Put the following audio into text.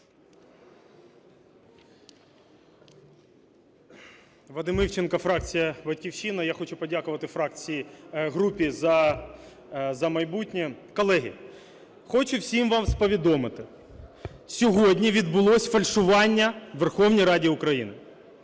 Вадим Івченко, фракція "Батьківщина". Я хочу подякувати фракції, групі "За майбутнє". Колеги, хочу всіх вас повідомити, сьогодні відбулось фальшування у Верховній Раді України.